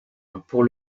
pour